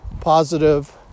positive